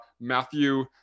Matthew